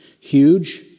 huge